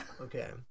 Okay